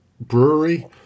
brewery